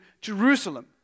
Jerusalem